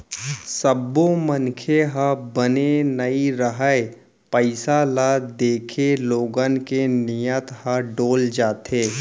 सब्बो मनखे ह बने नइ रहय, पइसा ल देखके लोगन के नियत ह डोल जाथे